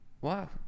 wow